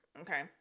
Okay